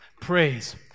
praise